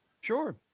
Sure